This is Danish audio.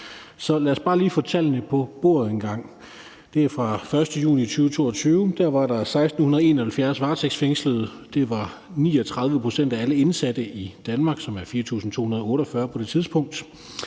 Så lad os bare lige få tallene på bordet engang. De er fra den 1. juni 2022. Der var der 1.671 varetægtsfængslede. Det var 39 pct. af alle indsatte i Danmark, som på det tidspunkt